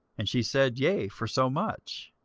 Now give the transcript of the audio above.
and she said, yea, for so much.